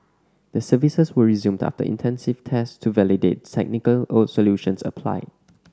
the services were resumed after intensive tests to validate the technical solutions applied